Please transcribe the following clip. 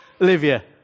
Olivia